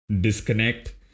disconnect